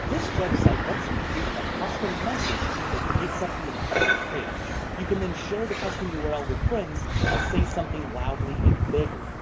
this website lets you create a custom message that takes up the entire page. you can then share the custom url with friends to say something loudly and bigly,